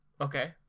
Okay